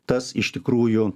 tas iš tikrųjų